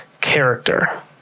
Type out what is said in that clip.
character